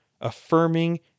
affirming